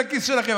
ביבי בכיס שלכם.